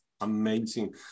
amazing